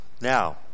Now